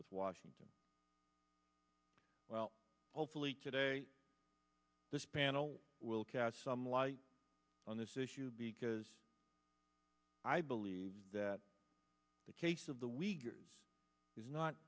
with washington well hopefully today this panel will cast some light on this issue because i believe that the case of the